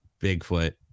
Bigfoot